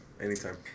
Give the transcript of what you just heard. Anytime